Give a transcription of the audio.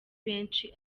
benshi